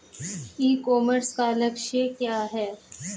ई commerce का लक्ष्य क्या है?